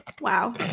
Wow